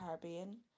Caribbean